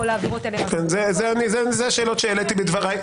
אלה השאלת שהעליתי בדבריי.